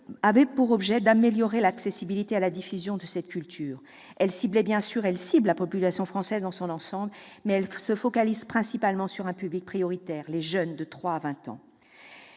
pour objet d'améliorer l'accessibilité et la diffusion de cette culture. Elle cible la population française dans son ensemble, mais se focalise principalement sur un public prioritaire, les jeunes de 3 ans à 20 ans.